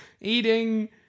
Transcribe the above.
Eating